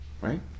Right